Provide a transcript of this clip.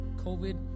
COVID